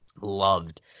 loved